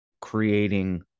creating